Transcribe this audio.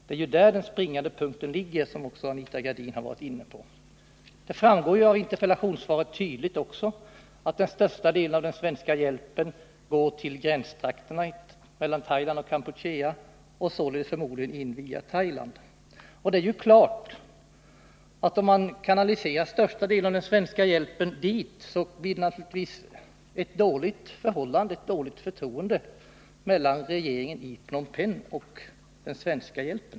Det är ju där den springande punkten ligger, vilket också Anita Gradin varit inne på. Av interpellationssvaret framgår tydligt att den största delen av den svenska hjälpen går till gränstrakterna mellan Thailand och Kampuchea, och således kommer den förmodligen in via Thailand. Det är klart att om man kanaliserar största delen av den svenska hjälpen dit, så blir förtroendet för hjälpinsatserna dåligt hos regeringen i Phnom Penh.